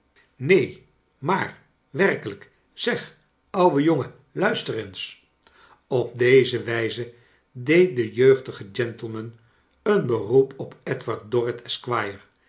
neen maar werkelijk zeg ouwe jongen luister eens op deze wijze deed de jeugdige gentleman een beroep op edward